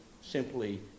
simply